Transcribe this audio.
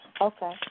Okay